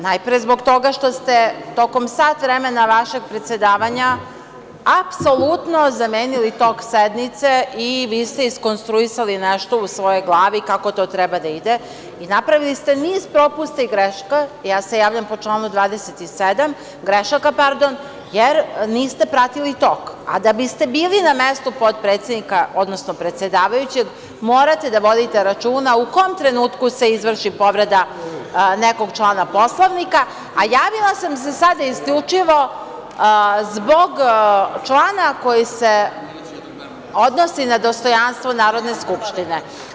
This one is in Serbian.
Najpre zbog toga što ste tokom sat vremena vašeg predsedavanja apsolutno zamenili tok sednice i vi ste iskonstruisali nešto u svojoj glavi kako to treba da ide i napravili ste niz propusta i greška, ja se javljam po članu 27. grešaka, pardon, jer niste pratili tok, a da biste bili na mestu potpredsednika, odnosno predsedavajućeg morate da vodite računa u kom trenutku se izvrši povreda nekog člana Poslovnika, a javila sam se sada isključivo zbog člana koji se odnosi na dostojanstvo Narodne skupštine.